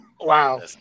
Wow